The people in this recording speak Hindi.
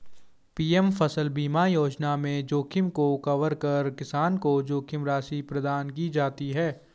पी.एम फसल बीमा योजना में जोखिम को कवर कर किसान को जोखिम राशि प्रदान की जाती है